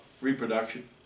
reproduction